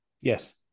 Yes